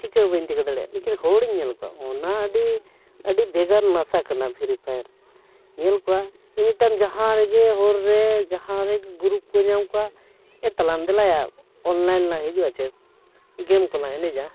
ᱴᱷᱤᱠᱟᱹ ᱦᱚᱸ ᱵᱟᱹᱧ ᱴᱷᱤᱠᱟᱹ ᱫᱟᱲᱮᱭᱟᱜᱼᱟ ᱞᱮᱠᱤᱱ ᱦᱚᱲᱤᱧ ᱧᱮᱞ ᱠᱚᱣᱟ ᱚᱱᱟ ᱟᱹᱰᱤ ᱟᱹᱰᱤ ᱵᱷᱮᱜᱟᱨ ᱱᱮᱥᱟ ᱠᱟᱱᱟ ᱯᱷᱨᱤ ᱯᱷᱟᱭᱟᱨ ᱧᱮᱞ ᱠᱚᱣᱟ ᱮᱱᱤ ᱴᱟᱭᱤᱢ ᱡᱟᱦᱟᱸ ᱨᱮᱜᱮ ᱦᱚᱨ ᱨᱮ ᱡᱟᱦᱟᱸ ᱨᱮᱜᱮ ᱜᱨᱩᱯ ᱠᱚ ᱧᱟᱢ ᱠᱚᱣᱟ ᱮ ᱛᱟᱞᱟᱝ ᱫᱮᱞᱟᱭᱟ ᱚᱱᱞᱟᱭᱤᱱ ᱞᱟᱝ ᱦᱤᱡᱩᱜᱼᱟ ᱥᱮ ᱜᱮᱢ ᱠᱚᱞᱟᱝ ᱮᱱᱮᱡᱟ